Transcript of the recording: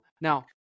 Now